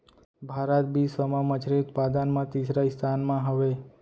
भारत बिश्व मा मच्छरी उत्पादन मा तीसरा स्थान मा हवे